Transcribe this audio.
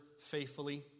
faithfully